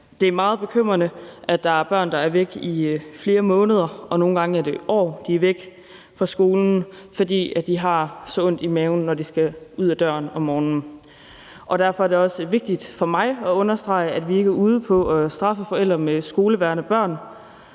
Det er meget bekymrende, at der er børn, der er væk fra skolen i flere måneder, og nogle gange er det i årevis, fordi de har så ondt i maven, når de skal ud ad døren om morgenen. Derfor er det også vigtigt for mig at understrege, at vi ikke er ude på at straffe forældre med skolevægrende børn,